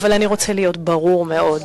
אבל אני רוצה להיות ברור מאוד: